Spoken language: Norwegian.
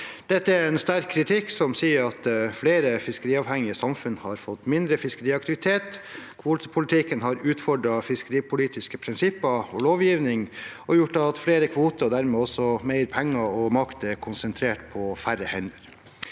Denne hadde en sterk kritikk med tanke på at flere fiskeriavhengige samfunn har fått mindre fiskeriaktivitet, kvotepolitikken har utfordret fiskeripolitiske prinsipper og lovgivning og har gjort at flere kvoter og dermed mer penger og makt er konsentrert på færre hender.